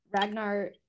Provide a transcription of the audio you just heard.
Ragnar